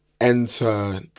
enter